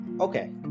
okay